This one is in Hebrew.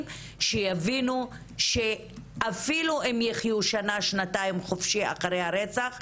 שיבינו שאפילו אם יחיו שנה שנתיים חופשיים אחרי הרצח,